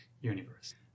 universe